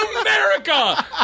America